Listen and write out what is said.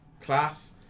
class